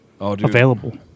available